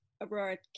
Aurora